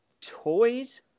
toys